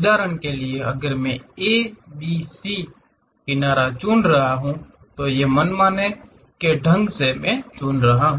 उदाहरण के लिए अगर मैं A B C किनारा चुन रहा हूं तो ये मनमाने के ढंग से मैं चुन रहा हूं